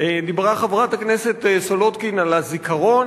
דיברה חברת הכנסת סולודקין על הזיכרון,